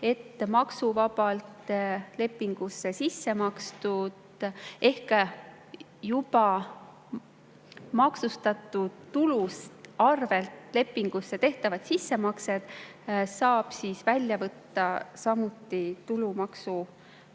et maksuvabalt lepingusse sisse makstud ehk juba maksustatud tulu arvelt lepingusse tehtavad sissemaksed saab välja võtta samuti tulumaksuvabalt,